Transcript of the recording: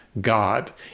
God